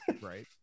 right